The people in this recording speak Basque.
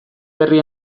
berri